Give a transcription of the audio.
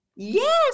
Yes